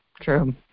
True